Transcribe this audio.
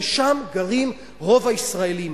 ושם גרים רוב הישראלים,